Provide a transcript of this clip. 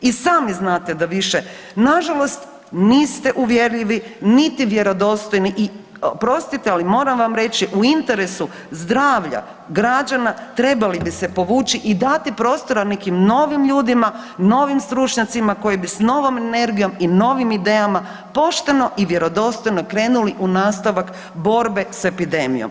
I sami znate da više na žalost niste uvjerljivi niti vjerodostojni i oprostite ali moram vam reći u interesu zdravlja građana trebali biste se povući i dati prostora nekim novim ljudima, novim stručnjacima koji bi sa novom energijom i novim idejama pošteno i vjerodostojno krenuli u nastavak borbe sa epidemijom.